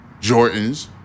Jordans